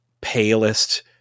palest